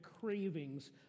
cravings